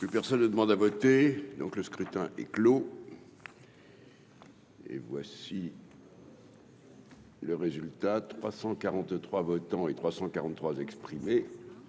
Plus personne ne demande à voter, donc le scrutin est clos. Et voici. Le résultat, 343 votants et 343 exprimés